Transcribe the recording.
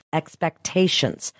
expectations